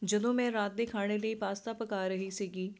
ਜਦੋਂ ਮੈਂ ਰਾਤ ਦੇ ਖਾਣੇ ਲਈ ਪਾਸਤਾ ਪਕਾ ਰਹੀ ਸੀਗੀ